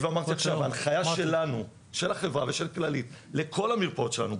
ההנחיה של החברה ושל כללית לכל המרפאות שלנו,